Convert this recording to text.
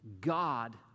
God